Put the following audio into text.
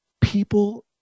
people